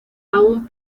aún